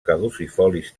caducifolis